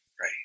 Right